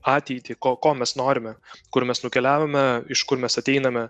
ateitį ko ko mes norime kur mes nukeliavome iš kur mes ateiname